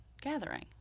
gathering